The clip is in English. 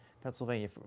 pennsylvania